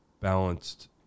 balanced